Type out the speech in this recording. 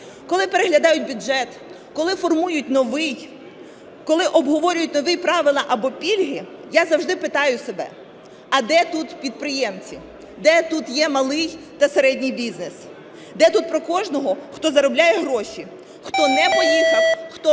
Коли переглядають бюджет, коли формують новий, коли обговорюєте ви правила або пільги, я завжди питаю себе, а де тут підприємці, де тут є малий та середній бізнес, де тут про кожного, хто заробляє гроші, хто не поїхав, хто робить